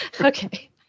Okay